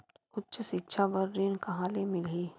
उच्च सिक्छा बर ऋण कहां ले मिलही?